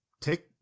take